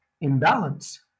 imbalance